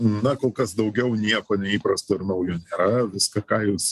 na kol kas daugiau nieko neįprasto ir naujo nėra viską ką jūs